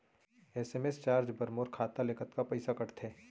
SMS charge बर मोर खाता ले कतका पइसा कटथे?